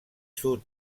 sud